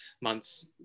months